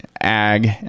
ag